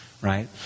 right